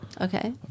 Okay